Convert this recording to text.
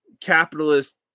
capitalist